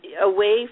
away